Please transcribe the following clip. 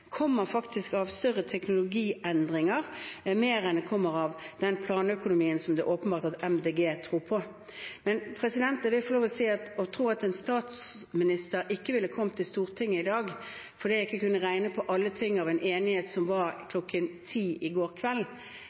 kommer av større teknologiendringer mer enn det kommer av den planøkonomien som det er åpenbart at MDG tror på. Men å tro at jeg som statsminister ikke ville kommet til Stortinget i dag fordi jeg ikke kunne regne på alle ting når det gjelder en enighet som kom kl. 22 i går,